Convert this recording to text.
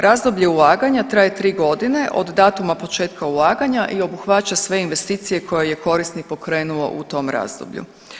Razdoblje ulaganja traje tri godine od datuma početka ulaganja i obuhvaća sve investicije koje je korisnik pokrenuo u tom razdoblju.